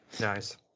nice